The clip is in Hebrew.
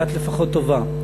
את לפחות טובה.